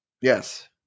Yes